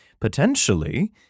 potentially